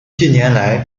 近年来